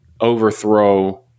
overthrow